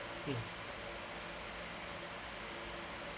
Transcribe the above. mm